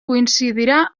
coincidirà